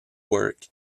work